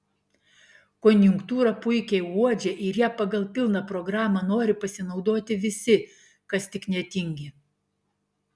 konjunktūrą puikiai uodžia ir ja pagal pilną programą nori pasinaudoti visi kas tik netingi